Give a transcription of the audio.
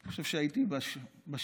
אני חושב שהייתי בשבעה,